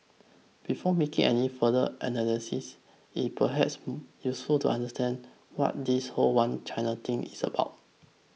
before making any further analysis it perhaps useful to understand what this whole One China thing is about